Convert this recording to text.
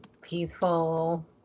peaceful